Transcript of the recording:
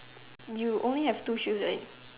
you only have two shoes right